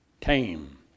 tame